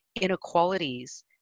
inequalities